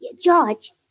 George